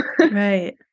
Right